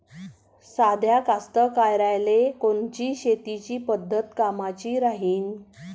साध्या कास्तकाराइले कोनची शेतीची पद्धत कामाची राहीन?